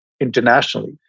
internationally